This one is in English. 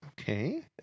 Okay